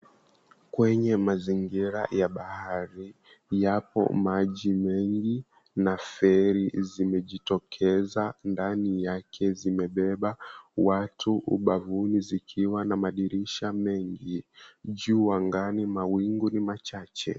Kwenye mazingira ya bahari, yapo maji mengi na feri zimejitokeza ndani yake zimebeba watu ubavuni zikiwa na madirisha mengi. Juu angani mawingu ni machache.